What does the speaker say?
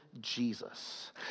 Jesus